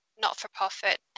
not-for-profit